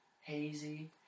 hazy